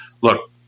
look